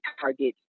target